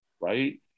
right